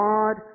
God